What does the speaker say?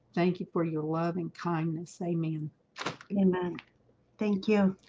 thank you for your loving kindness. amen amen thank you,